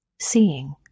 seeing